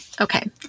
Okay